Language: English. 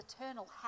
eternal